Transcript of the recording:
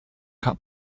cut